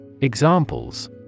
Examples